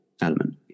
element